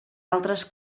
altres